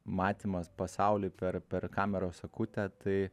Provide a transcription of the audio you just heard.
matymas pasaulį per per kameros akutę tai